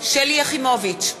שלי יחימוביץ,